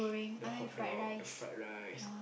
the hot dog the fried rice